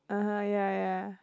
(uh huh) yeah yeah